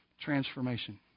transformation